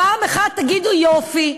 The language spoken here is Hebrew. פעם אחת תגידו: יופי,